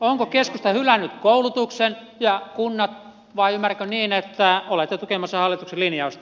onko keskusta hylännyt koulutuksen ja kunnat vai ymmärränkö niin että olette tukemassa hallituksen linjausta